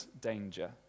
danger